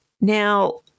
Now